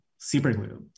Superglue